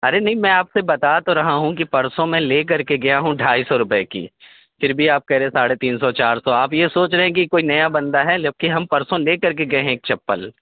ارے نہیں میں آپ سے بتا تو رہا ہوں کہ پرسوں میں لے کر کے گیا ہوں ڈھائی سو روپے کی پھر بھی آپ کہہ رہے ہیں ساڑھے تین سو چار سو آپ یہ سوچ رہے ہیں کہ کوئی نیا بندہ ہے لک کے ہم پرسوں لے کر کے گئے ہیں ایک چپل